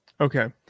Okay